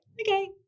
okay